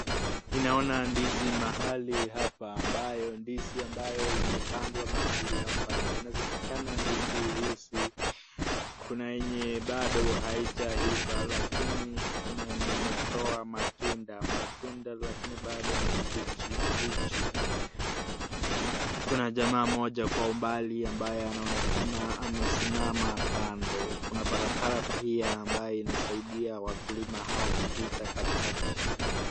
Ninaona ndizi mahali hapa ambayo ndizi ambayo imepandwa mahali hapa inaonekana ndizi hizi kuna yenye bado haijaiva lakini kuna yenye imetoa matunda , matunda lakini bado ni bichi bichi ,kuna jamaa mmoja kwa umbali ambaye anaonekana amesimama kando, kuna barabara pia ambaye inasaidia wakulima hao kupita katikati.